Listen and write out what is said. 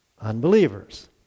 unbelievers